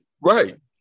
Right